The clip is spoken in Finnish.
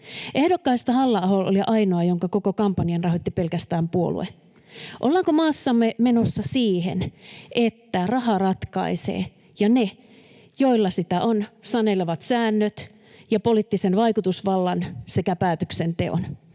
Ehdokkaista Halla-aho oli ainoa, jonka koko kampanjan rahoitti pelkästään puolue. Ollaanko maassamme menossa siihen, että raha ratkaisee ja ne, joilla sitä on, sanelevat säännöt ja poliittisen vaikutusvallan sekä päätöksenteon?